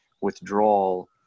withdrawal